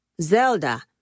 Zelda